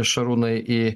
šarūnai į